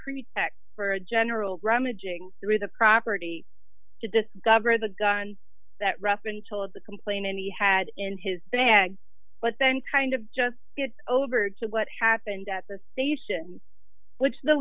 pretext for a general rummaging through the property to discover the gun that rappin told the complainant he had in his bag but then kind of just get over to what happened at the station which the